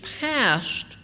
passed